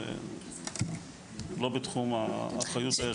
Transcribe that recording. לא בתחום האחריות שלי.